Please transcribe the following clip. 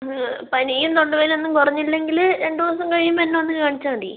പനിയും തൊണ്ടവേദനയും ഒന്നും കുറഞ്ഞില്ലെങ്കിൽ രണ്ട് മൂന്ന് ദിവസം കഴിയുമ്പം എന്നെ വന്ന് കാണിച്ചാൽ മതി